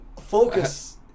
Focus